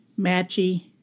Matchy